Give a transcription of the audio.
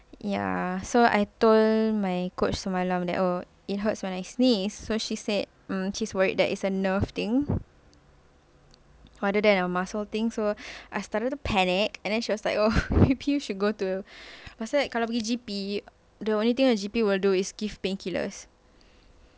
ya so I told my coach semalam yang it hurts when I sneeze so she said mm she's worried that is a nerve thing rather than a muscle thing so I started to panic and then she was like oh maybe you should go sebab kalau pergi G_P the only thing a G_P will do is give painkillers